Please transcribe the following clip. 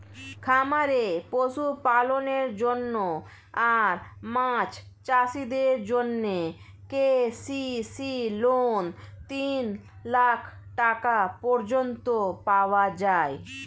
খামারে পশুপালনের জন্য আর মাছ চাষিদের জন্যে কে.সি.সি লোন তিন লাখ টাকা পর্যন্ত পাওয়া যায়